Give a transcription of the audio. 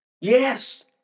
Yes